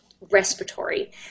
respiratory